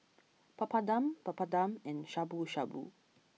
Papadum Papadum and Shabu shabu